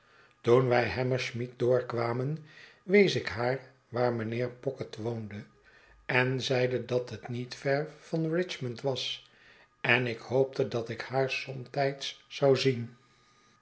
toen wij hammersmith doorkwamen wees ik haar waar mijnheer pocket woonde en zeide dat het niet ver van richmond was en ik hoopte dat ik haar somtijds zou zien